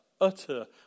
utter